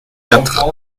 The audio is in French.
quatre